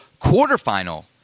quarterfinal